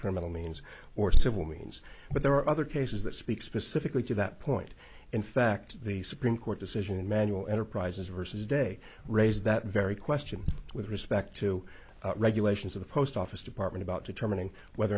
criminal means or civil means but there are other cases that speak specifically to that point in fact the supreme court decision in manual enterprise's versus de res that very question with respect to regulations of the post office department about determining whether